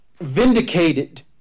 vindicated